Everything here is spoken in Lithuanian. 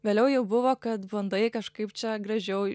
vėliau jau buvo kad bandai kažkaip čia gražiau